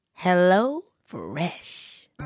HelloFresh